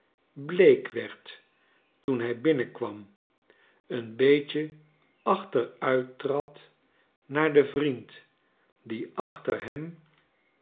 bleek werd toen hij binnenkwam een beetje achteruit trad naar den vriend die achterhem